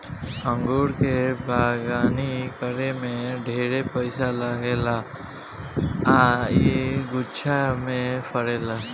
अंगूर के बगानी करे में ढेरे पइसा लागेला आ इ गुच्छा में फरेला